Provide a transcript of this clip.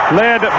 led